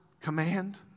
command